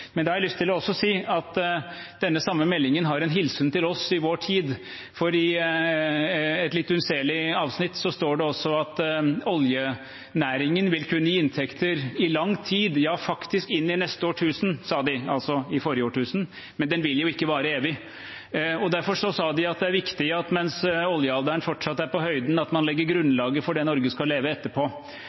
har også lyst til å si at den samme meldingen har en hilsen til oss i vår tid, for i et litt unnselig avsnitt står det at oljenæringen vil kunne gi inntekter i lang tid, ja faktisk inn i neste årtusen – det sa de i forrige årtusen – men den vil ikke vare evig. Derfor sa de at det er viktig at man legger grunnlaget for det Norge skal leve av etterpå mens oljealderen fortsatt er på høyden.